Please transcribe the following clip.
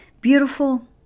Beautiful